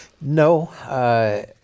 No